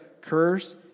curse